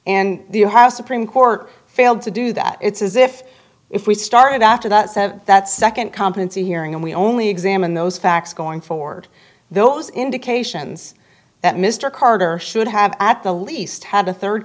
have supreme court failed to do that it's as if if we started after that that second competency hearing and we only examine those facts going forward those indications that mr carter should have at the least had a third